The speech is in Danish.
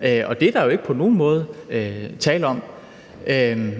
Men det er der jo ikke på nogen måde tale om.